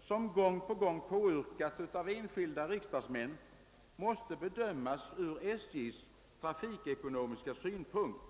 som gång på gång påyrkats av enskilda riksdagsmän, måste bedömas ur SJ:s trafikekonomiska synpunkt.